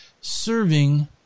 serving